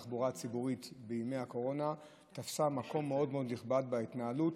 בימי הקורונה תפס מקום מאוד נכבד בהתנהלות,